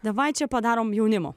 dievaičio padarome jaunimo